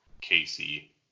Casey